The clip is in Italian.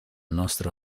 nostro